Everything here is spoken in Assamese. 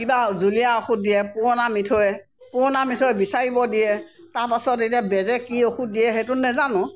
কিবা জুলীয়া ঔষধ দিয়ে পুৰণা মিঠৈ পুৰণা মিঠৈ বিচাৰিব দিয়ে তাৰপাছত এতিয়া বেজে কি ঔষধ দিয়ে সেইটো নেজানোঁ